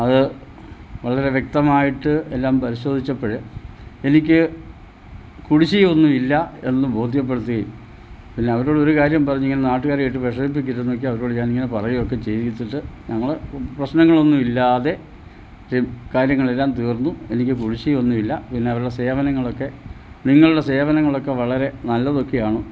അതു വളരെ വ്യക്തമായിട്ട് എല്ലാം പരിശോധിച്ചപ്പോൾ എനിക്ക് കുടിശ്ശിക ഒന്നും ഇല്ല എന്നു ബോധ്യപ്പെടുത്തി പിന്നെ അവരോട് ഒരു കാര്യം പറഞ്ഞിങ്ങനെ നാട്ടുകാരെയിട്ടു വിഷമിപ്പിക്കരുതെന്നൊക്കെ അവരോടു ഞാനിങ്ങനെ പറയൊക്കെ ചെയ്തിട്ടു ഞങ്ങൾ പ്രശ്നങ്ങളൊന്നുമില്ലാതെ എപ് കാര്യങ്ങൾ എല്ലാം തീർന്നു എനിക്ക് കുടിശ്ശിക ഒന്നും ഇല്ല പിന്നെ അവരുടെ സേവനങ്ങളൊക്കെ നിങ്ങളുടെ സേവനങ്ങളൊക്കെ വളരെ നല്ലതൊക്കെയാണ്